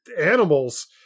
animals